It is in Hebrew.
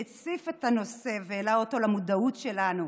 שהציף את הנושא והעלה אותו למודעות שלנו.